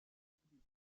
پیشنهادی